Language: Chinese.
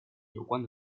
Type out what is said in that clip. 有关